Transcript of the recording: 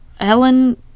Helen